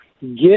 Get